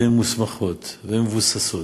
ומוסמכות ומבוססות,